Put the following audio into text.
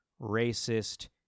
racist